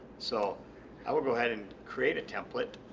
so i will go ahead and create a template